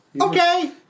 Okay